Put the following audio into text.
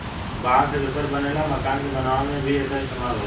बांस से पेपर बनेला, मकान के बनावे में भी एकर इस्तेमाल होला